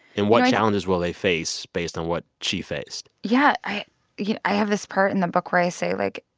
and what challenges will they face based on what she faced? yeah. i you know i have this part in the book where i say, like,